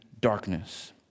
darkness